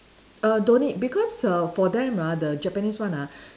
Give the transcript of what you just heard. err don't need because err for them ah the Japanese one ah